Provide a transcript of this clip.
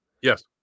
Yes